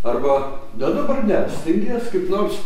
arba na dabar ne stengies kaip nors